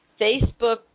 Facebook